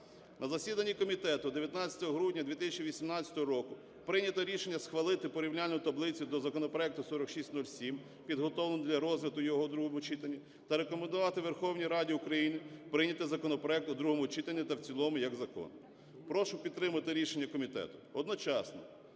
На засіданні комітету 19 грудня 2018 року прийнято рішення схвалити порівняльну таблицю до законопроекту 4607, підготовлену для розгляду його у другому читанні, та рекомендувати Верховної Ради Україні прийняти законопроект у другому читанні та в цілому як закон. Прошу підтримати рішення комітету. Одночасно,